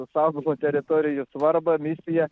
saugomų teritorijų svarbą misiją